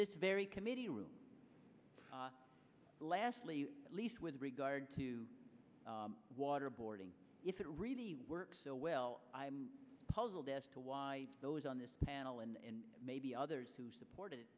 this very committee room lastly at least with regard to waterboarding if it really works so well i'm puzzled as to why those on this panel and maybe others who supported